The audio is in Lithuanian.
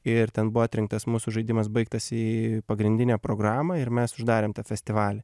ir ten buvo atrinktas mūsų žaidimas baigtas į pagrindinę programą ir mes uždarėm tą festivalį